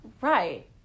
Right